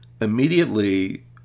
immediately